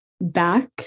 back